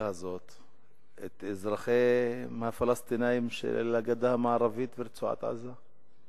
הזאת את האזרחים הפלסטינים של הגדה המערבית ורצועת-עזה.